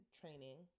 training